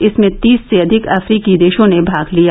इसमें तीस से अधिक अफ्रीकी देशों ने भाग लिया